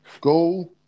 go